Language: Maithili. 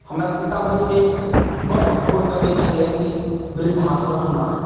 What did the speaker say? हमरा सीतामढ़ीमे बड्ड घोर कमी छलै कि वृद्धाश्रम नहि हइ